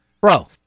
Bro